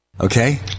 okay